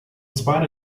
spite